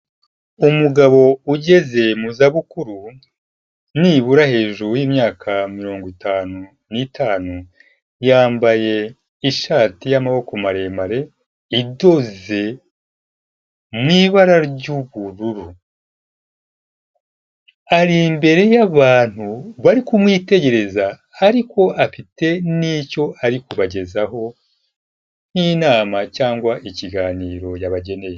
Umugabo ugeze mu zabukuru nibura hejuru y'imyaka mirongo itanu n'itanu, yambaye ishati y'amaboko maremare idoze mu ibara ry'ubururu, ari imbere y'abantu bari kumwitegereza ariko afite n'icyo ari kubagezaho nk'inama cg ikiganiro yabageneye.